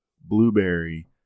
blueberry